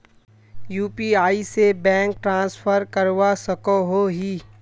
UPI से bank transfer करवा सकोहो ही?